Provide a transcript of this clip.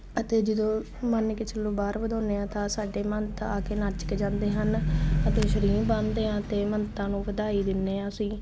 ਅਤੇ ਜਦੋਂ ਮੰਨ ਕੇ ਚਲੋ ਬਾਹਰ ਵਧਾਉਂਦੇ ਹਾਂ ਤਾਂ ਸਾਡੇ ਮਹੰਤ ਆ ਕੇ ਨੱਚ ਕੇ ਜਾਂਦੇ ਹਨ ਅਤੇ ਸਰੀਂਹ ਬੰਨ੍ਹਦੇ ਹਾਂ ਅਤੇ ਮਹੰਤਾਂ ਨੂੰ ਵਧਾਈ ਦਿੰਦੇ ਹਾਂ ਅਸੀਂ